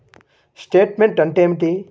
Statement అంటే ఏమిటి?